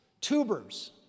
tubers